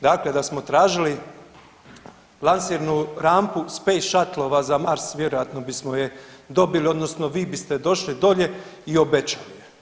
Dakle, da smo tražili lansirnu rampu Space Shuttlova za Mars vjerojatno bismo je dobili odnosno vi biste došli dolje i obećali je.